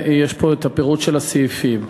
יש פה הפירוט של הסעיפים.